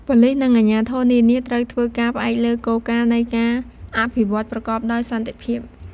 ប៉ូលីសនិងអាជ្ញាធរនានាត្រូវធ្វើការផ្អែកលើគោលការណ៍នៃការអភិវឌ្ឍប្រកបដោយសន្តិភាព។